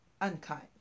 unkind